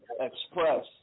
express